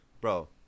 Bro